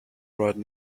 right